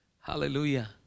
Hallelujah